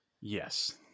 Yes